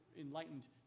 enlightened